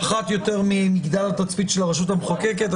אחת יותר ממגדל התצפית של הרשות המחוקקת.